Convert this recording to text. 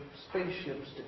spaceships